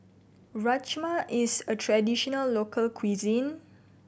rajma is a traditional local cuisine